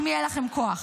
אם יהיה לכם כוח.